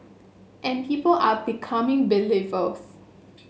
and people are becoming believers